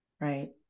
right